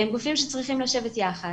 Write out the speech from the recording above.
הם גופים שצריכים לשבת יחד